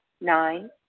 Nine